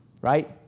Right